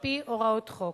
על-פי הוראות חוק,